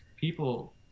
people